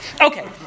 okay